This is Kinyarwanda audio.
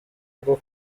bwo